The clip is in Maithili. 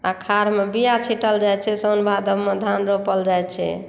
आषाढ़मे बिया छीटल जाइत छै सावनमे धान रोपल जाइत छै